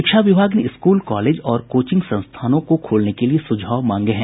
शिक्षा विभाग ने स्कूल कॉलेज और कोचिंग संस्थानों को खोलने के लिये सुझाव मांगे हैं